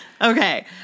Okay